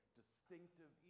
distinctive